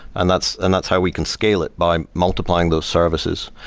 and that's and that's how we can scale it by multiplying those services.